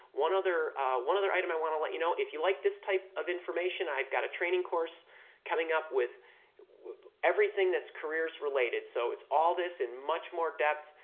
one other one other item i want to let you know, if you like this type of information i've got a training course coming up with with everything that's careers related, so it's all this in much more depth.